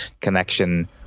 connection